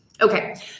Okay